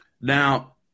Now